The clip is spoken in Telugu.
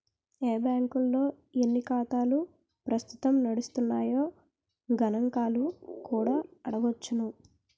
ఏ బాంకుల్లో ఎన్ని ఖాతాలు ప్రస్తుతం నడుస్తున్నాయో గణంకాలు కూడా అడగొచ్చును